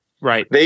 Right